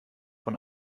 von